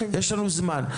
יש לנו זמן.